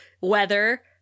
weather